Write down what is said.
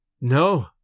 No